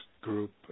group